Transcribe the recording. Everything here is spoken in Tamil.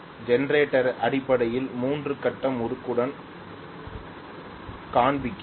ஜெனரேட்டரை அடிப்படையில் 3 கட்ட முறுக்குடன் காண்பிக்கிறேன்